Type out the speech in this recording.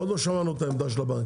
עוד לא שמענו את העמדה של הבנקים.